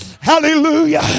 Hallelujah